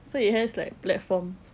so it has like platforms